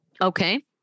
Okay